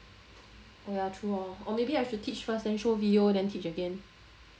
oh ya true hor or maybe I should teach first then show video then teach again